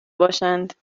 باشند